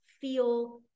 feel